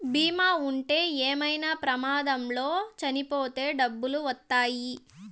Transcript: బీమా ఉంటే ఏమైనా ప్రమాదంలో చనిపోతే డబ్బులు వత్తాయి